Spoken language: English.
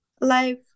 life